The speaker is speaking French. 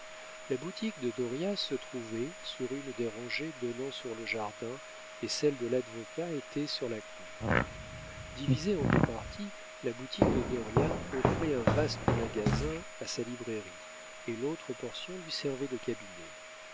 la boutique de dauriat se trouvait sur une des rangées donnant sur le jardin et celle de ladvocat était sur la cour divisée en deux parties la boutique de dauriat offrait un vaste magasin à sa librairie et l'autre portion lui servait de cabinet